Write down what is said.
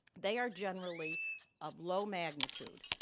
they are generally of low magnitude,